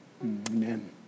Amen